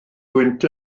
gwynt